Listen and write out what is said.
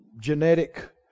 genetic